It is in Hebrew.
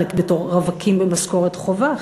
חלק בתור רווקים במשכורת חובה,